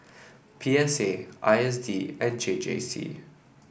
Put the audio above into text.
P S A I S D and J J C